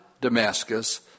Damascus